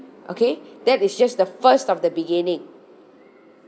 okay that is just the first of the beginning